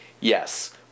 yes